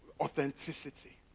authenticity